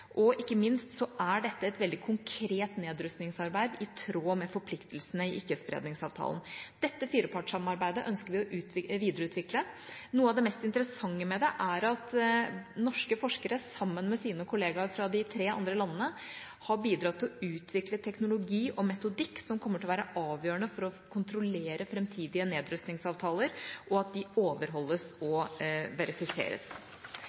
Ikke minst er dette et veldig konkret nedrustningsarbeid, i tråd med forpliktelsene i Ikkespredningsavtalen. Dette firepartssamarbeidet ønsker vi å videreutvikle. Noe av det mest interessante med det er at norske forskere sammen med sine kollegaer fra de tre andre landene har bidratt til å utvikle teknologi og metodikk som kommer til å være avgjørende for å kontrollere framtidige nedrustningsavtaler, og at de overholdes